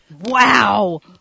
Wow